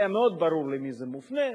היה מאוד ברור למי הוא מופנה,